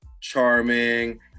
charming